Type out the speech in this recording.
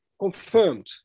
confirmed